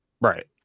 Right